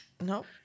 Nope